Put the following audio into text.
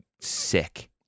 sick